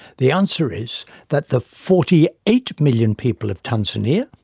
the answer is that the forty eight million people of tanzania,